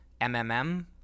MMM